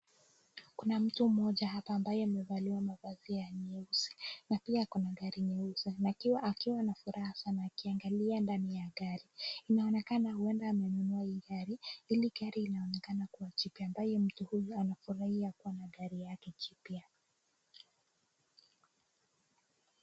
Kuna mtu mmoja hapa ambaye amevalia mavazi ya nyeusi. Na pia kuna gari nyeusi. Na akiwa anafuraha sana akiangalia ndani ya gari. Inaonekana huenda amenunua hii gari. Hii gari inaonekana kuwa mpya ambayo mtu huyu anafurahia kuwa na gari yake mpya.